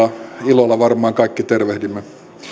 ilolla varmaan kaikki tervehdimme